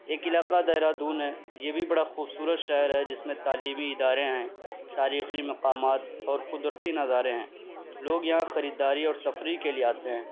ایک علاقہ دہرادون ہے یہ بھی بڑا خوبصورت شہر ہے جس میں تعلیمی ادارے ہیں تاریخی مقامات اور قدرتی نظارے ہیں لوگ یہاں خریداری اور تفریح کے لیے آتے ہیں